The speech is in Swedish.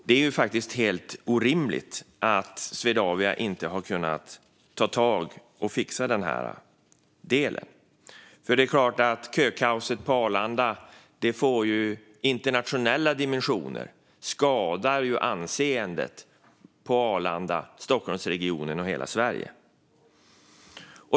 Det är helt orimligt att Swedavia inte har kunnat ta tag i och fixa den här delen, för kökaoset på Arlanda får ju internationella dimensioner. Det skadar anseendet för Arlanda, för Stockholmsregionen och för hela Sverige.